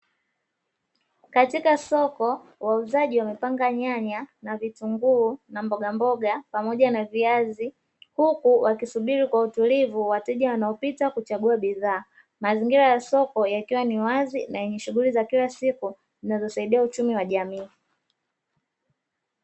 Katika soko wauzaji wamepanga nyanya na vitunguu na mbogamboga pamoja na viazi, huku wakisubiri kwa utulivu wateja wanaopita kuchagua bidhaa, mazingira ya soko yakiwa ni wazi na yenye shughuli za kila siku zinazosaidia uchumi wa jamii.